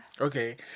Okay